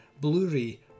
Blu-ray